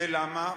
ולמה?